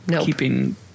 Keeping